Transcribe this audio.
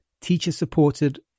teacher-supported